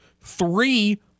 three